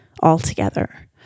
altogether